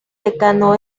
decano